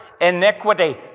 iniquity